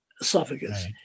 esophagus